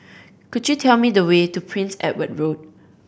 could you tell me the way to Prince Edward Road